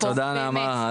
באמת,